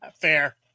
Fair